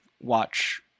watch